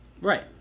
Right